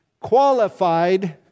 Qualified